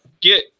get